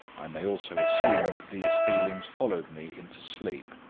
i may also assume that these feelings followed me into sleep.